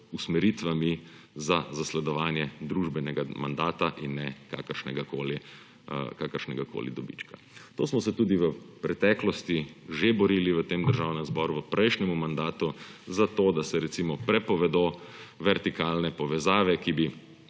usmeritvami za zasledovanje družbenega mandata in ne kakršnegakoli dobička. Za to smo se tudi v preteklosti že borili v tem državnem zboru v prejšnjemu mandatu, za to, da se, recimo, prepovedo vertikalne povezave, ki bi